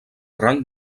rang